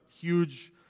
huge